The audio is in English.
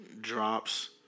drops